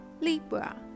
Libra